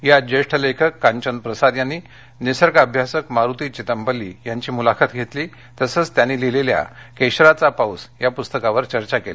यात ज्येष्ठ लेखक कांचन प्रसाद यांनी निसर्ग अभ्यासक मारुती चितमपल्ली यांची मुलाखत घेतली तसंच त्यांनी लिहिलेल्या केशराचा पाऊस या पुस्तकावर चर्चा केली